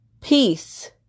peace